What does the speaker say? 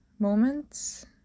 Moments